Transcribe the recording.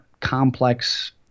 complex –